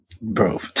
Bro